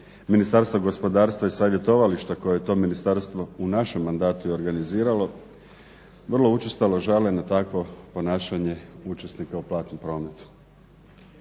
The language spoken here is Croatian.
Ministarstva gospodarstva i savjetovališta koje je to ministarstvo u našem mandatu organiziralo. Vrlo učestalo žale na takvo ponašanje učesnika u platnom prometu.